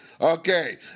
Okay